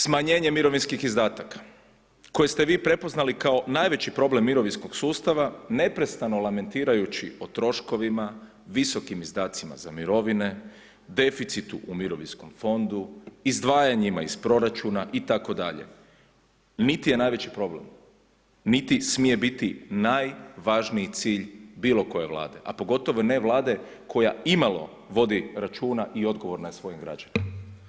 Smanjenje mirovinskih izdataka koje ste vi prepoznali kao najveći problem mirovinskog sustava neprestano lamentirajući o troškovima, visokim izdacima za mirovine, deficitu u mirovinskom fondu, izdvajanjima iz proračuna itd. niti je najveći problem, niti smije biti najvažniji cilj bilo koje vlade, a pogotovo ne vlade koja imalo vodi računa i odgovorna je svojim građanima.